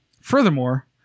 Furthermore